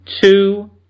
two